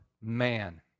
Man